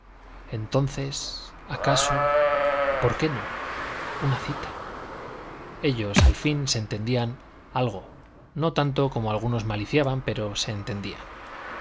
entonces acaso por qué no una cita ellos al fin se entendían algo no tanto como algunos maliciaban pero se entendían